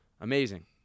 amazing